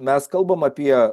mes kalbam apie